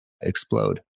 explode